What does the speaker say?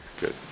good